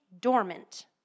dormant